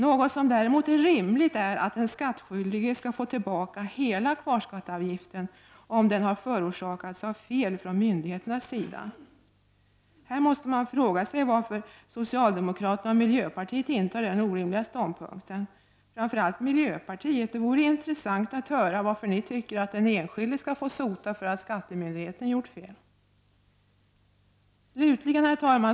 Något som däremot är rimligt är att den skattskyldige skall få tillbaka hela kvarskatteavgiften om den har förorsakats av fel från myndigheternas sida. Här måste man fråga sig varför socialdemokraterna och miljöpartiet intar denna orimliga ståndpunkt, och framför allt miljöpartiet. Det vore intressant att höra varför ni tycker att den enskilde skall få sota för att skattemyndigheten gjort fel. Herr talman!